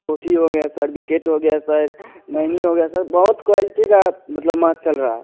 कोठी हो गया सर विकेट हो गया सर नैनी हो गया सर बहुत क्वालिटी का मतलब मांस चल रहा है